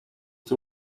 two